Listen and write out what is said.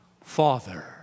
Father